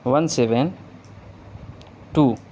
one seven two